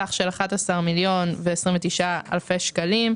סך של 11,029,000 שקלים.